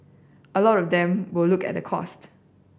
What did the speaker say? a lot of them will look at the cost